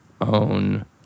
own